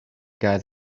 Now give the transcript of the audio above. guy